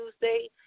Tuesday